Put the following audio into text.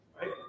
Right